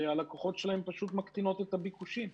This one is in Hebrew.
שהלקוחות שלהן פשוט מקטינות את הביקושים.